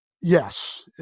Yes